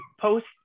post